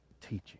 teaching